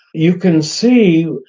you can see,